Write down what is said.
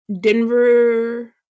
Denver